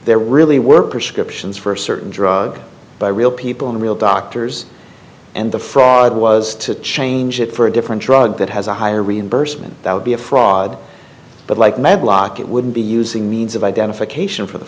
there really were prescriptions for a certain drug by real people and real doctors and the fraud was to change it for a different drug that has a higher reimbursement that would be a fraud but like my block it would be using means of identification for the